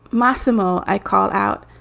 massimo, i call out.